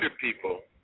people